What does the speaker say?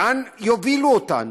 לאן יובילו אותנו?